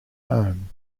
home